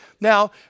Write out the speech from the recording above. now